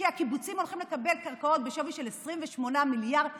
כי הקיבוצים הולכים לקבל קרקעות בשווי של 28 מיליארד שקל,